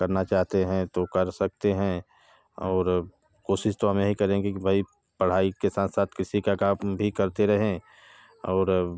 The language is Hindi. करना चाहते हैं तो कर सकते हैं और कोशिश तो हम यही करेंगे कि भाई पढ़ाई के साथ साथ कृषि का काम भी करते रहें और